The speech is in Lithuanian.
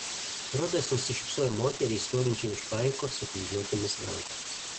rodas nusišypsojo moteriai stovinčiai už paiko sukryžiuotomis rankomis